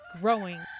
growing